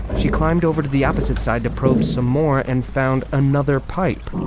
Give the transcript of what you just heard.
she climbed over to the opposite side to probe some more and found another pipe